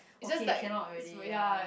okay cannot already ya